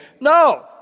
No